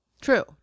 true